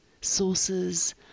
sources